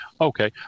Okay